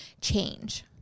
change